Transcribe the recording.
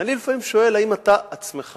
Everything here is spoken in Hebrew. אני, לפעמים, שואל: האם אתה עצמך